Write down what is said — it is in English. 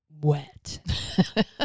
wet